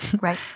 Right